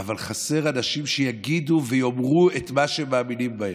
אבל חסרים אנשים שיגידו ויאמרו את מה שהם מאמינים בו.